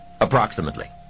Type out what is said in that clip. approximately